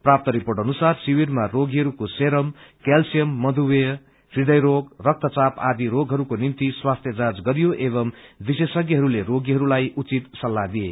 प्राप्त रिर्पोट अनुसार शिविरमा रोगीहरूको सेरम कैल्श्यम मधुमेह हृदय रोग रक्त चाप आदि रोगहरूको निम्ति स्वास्थ्य जाँच गरियो एवम् विशेषज्ञहरूले रोगीहरूलाई उचित सल्लाह दिए